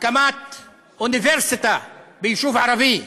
הקמת אוניברסיטה ביישוב ערבי.